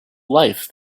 life